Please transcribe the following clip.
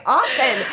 often